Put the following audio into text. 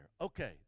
Okay